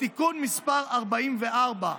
בתיקון מס' 44,